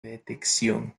detección